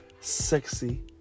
sexy